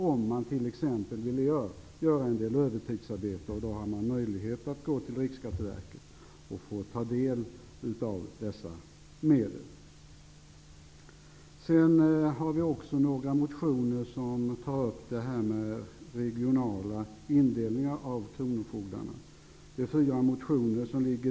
Om man t.ex. vill göra en del övertidsarbete har man möjlighet att gå till Riksskatteverket och ta del av dessa medel. I fyra motioner tas den regionala indelningen av kronofogdemyndigheterna upp.